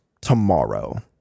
tomorrow